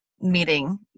meeting